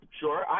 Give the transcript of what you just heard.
Sure